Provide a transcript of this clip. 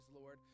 Lord